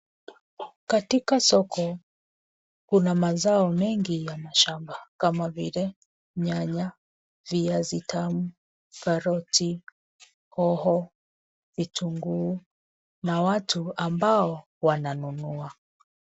Katika soko, kuna mazao mengi ya mashamba kama vile nyanya, viazi vitamu, karoti, hoho, vitunguu na watu ambao wananunua.